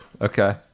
Okay